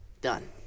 done